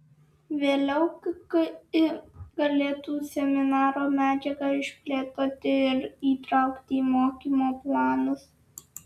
vėliau kki galėtų seminaro medžiagą išplėtoti ir įtraukti į mokymo planus